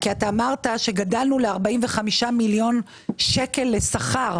אמרת שגדלנו ל-45 מיליון שקל לשכר.